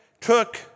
took